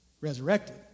Resurrected